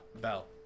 Bell